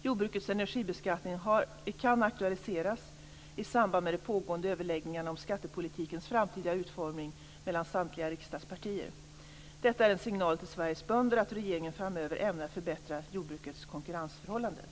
Jordbrukets energibeskattning kan aktualiseras i samband med de pågående överläggningarna om skattepolitikens framtida utformning mellan samtliga riksdagspartier. Detta är en signal till Sveriges bönder att regeringen framöver ämnar förbättra jordbrukets konkurrensförhållanden.